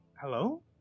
Hello